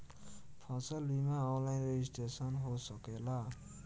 फसल बिमा online registration हो सकेला?